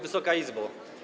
Wysoka Izbo!